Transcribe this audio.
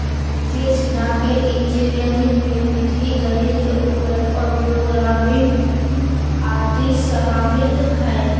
वित्तीय सिद्धान्त इंजीनियरी के विधि गणित के उपकरण और प्रोग्रामिंग आदि समाहित हइ